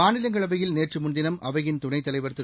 மாநிலங்களவையில் நேற்று முன்தினம் அவையின் துணைத் தலைவர் திரு